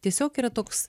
tiesiog yra toks